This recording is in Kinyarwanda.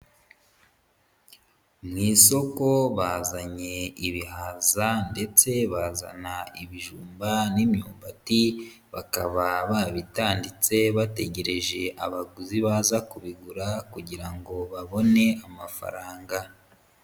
Mu isoko bazanye ibihaza ndetse bazana ibijumba n'imyumbati, bakaba babitanditse bategereje abaguzi baza kubigura kugira ngo babone amafaranga.